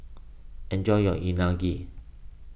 enjoy your Unagi